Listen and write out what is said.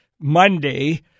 Monday